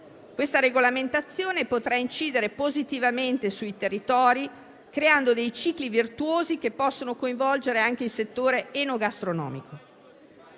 Questa regolamentazione potrà incidere positivamente sui territori creando dei cicli virtuosi che possono coinvolgere anche il settore enogastronomico.